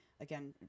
Again